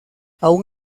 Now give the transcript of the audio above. aun